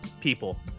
people